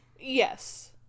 Yes